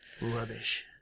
rubbish